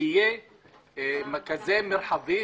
שיהיה מרחבי,